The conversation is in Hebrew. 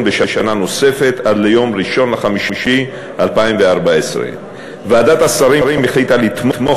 בשנה עד 1 במאי 2014. ועדת השרים החליטה לתמוך